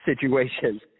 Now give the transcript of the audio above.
situations